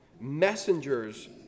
messengers